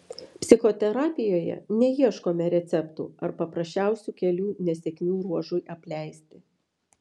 psichoterapijoje neieškome receptų ar paprasčiausių kelių nesėkmių ruožui apleisti